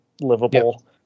livable